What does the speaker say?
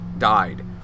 died